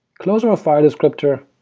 close our file descriptor,